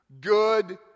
Good